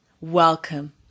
Welcome